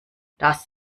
das